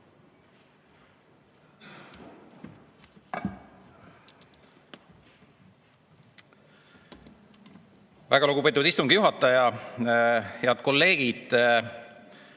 Väga lugupeetud istungi juhataja! Head kolleegid!